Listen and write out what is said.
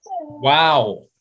Wow